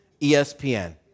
ESPN